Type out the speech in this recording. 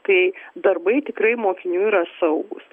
tai darbai tikrai mokinių yra saugūs